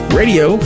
radio